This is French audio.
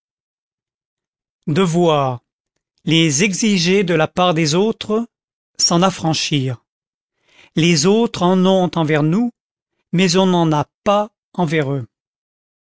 devoirs les exiger de la part des autres s'en affranchir les autres en ont envers nous mais on n'en a pas envers eux